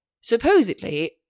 supposedly